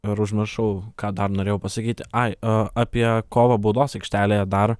ir užmiršau ką dar norėjau pasakyti ai apie kovą baudos aikštelėje dar